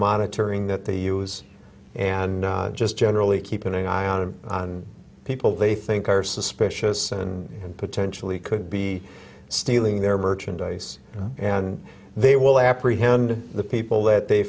monitoring that they use and just generally keep an eye on of people they think are suspicious and potentially could be stealing their merchandise and they will apprehend the people that they